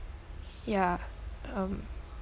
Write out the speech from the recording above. ya um